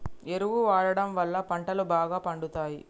ఎరువు వాడడం వళ్ళ పంటలు బాగా పండుతయి